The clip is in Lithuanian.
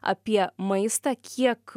apie maistą kiek